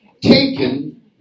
taken